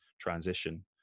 transition